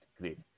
great